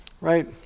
right